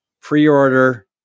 pre-order